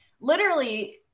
literally-